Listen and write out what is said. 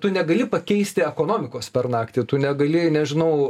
tu negali pakeisti ekonomikos per naktį tu negali nežinau